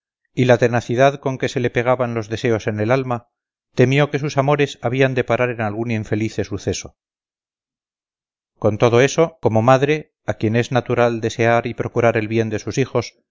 y la tenacidad con que se le pegaban los deseos en el alma temió que sus amores habían de parar en algún infelice suceso con todo eso como madre a quien es natural desear y procurar el bien de sus hijos